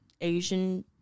Asian